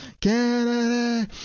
Canada